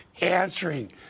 answering